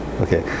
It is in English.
Okay